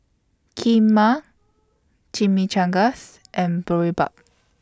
Kheema Chimichangas and Boribap